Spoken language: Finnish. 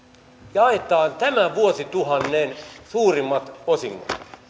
jaetaan tämän vuosituhannen suurimmat osingot